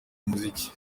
umuziki